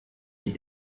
die